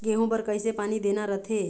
गेहूं बर कइसे पानी देना रथे?